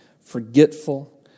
forgetful